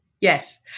yes